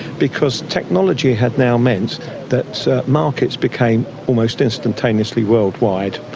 because technology had now meant that markets became almost instantaneously worldwide.